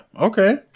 okay